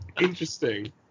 Interesting